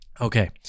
Okay